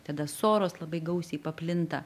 tada soros labai gausiai paplinta